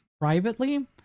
privately